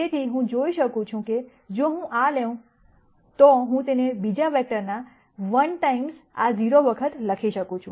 તેથી હું જોઈ શકું છું કે જો હું આ લેઉં તો હું તેને બીજા વેક્ટરના 1 ગણી આ 0 વખત લખી શકું છું